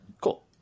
Cool